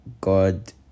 God